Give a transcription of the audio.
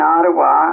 Ottawa